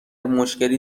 مشکلی